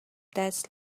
دست